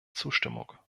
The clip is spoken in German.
zustimmung